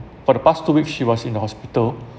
for the past two weeks she was in the hospital